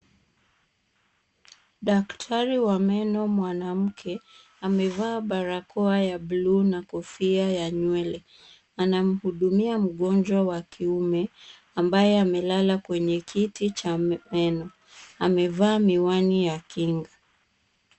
Daktari wa meno mwanamke, amevaa barakoa ya blue na kofia ya nywele. Anamuhudumia mgonjwa wa kiume, ambaye amelala kwenye kiti cha meno. Amevaa miwani ya kinga.